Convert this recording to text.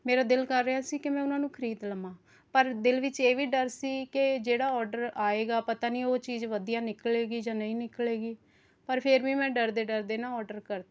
ਮੇਰਾ ਦਿਲ ਕਰ ਰਿਹਾ ਸੀ ਕਿ ਮੈਂ ਉਨ੍ਹਾਂ ਨੂੰ ਖਰੀਦ ਲਵਾਂ ਪਰ ਦਿਲ ਵਿਚ ਇਹ ਵੀ ਡਰ ਸੀ ਕਿ ਜਿਹੜਾ ਆਰਡਰ ਆਵੇਗਾ ਪਤਾ ਨਹੀਂ ਉਹ ਚੀਜ਼ ਵਧੀਆ ਨਿਕਲੇਗੀ ਜਾਂ ਨਹੀਂ ਨਿਕਲੇਗੀ ਪਰ ਫ਼ਿਰ ਵੀ ਮੈਂ ਡਰਦੇ ਡਰਦੇ ਨਾ ਆਰਡਰ ਕਰਤਾ